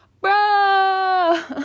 Bro